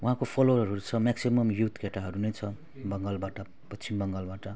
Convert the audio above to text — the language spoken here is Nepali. उहाँको फलोवरहरू छ म्याक्सिमम् युथ केटाहरू नै छ बङ्गालबाट पश्चिम बङ्गालबाट